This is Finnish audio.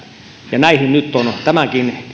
ja näihin nyt on tämänkin